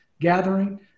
gathering